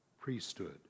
priesthood